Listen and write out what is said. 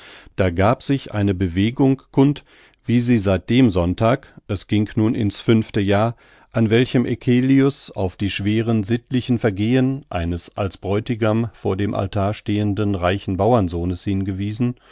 da gab sich eine bewegung kund wie sie seit dem sonntag es ging nun ins fünfte jahr an welchem eccelius auf die schweren sittlichen vergehen eines als bräutigam vor dem altar stehenden reichen bauernsohnes hingewiesen